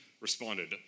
responded